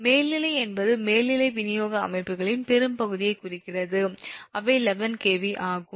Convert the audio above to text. மேல்நிலை என்பது மேல்நிலை விநியோக அமைப்புகளின் பெரும்பகுதியைக் குறிக்கிறது அவை 11 𝑘𝑉 ஆகும்